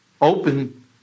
open